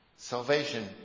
Salvation